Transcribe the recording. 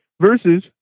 Versus